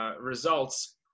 results